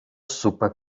supa